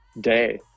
day